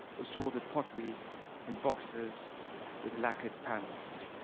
assorted potteries and boxes with lacquered panels.